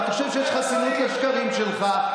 וחושב שיש חסינות לשקרים שלך,